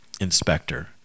inspector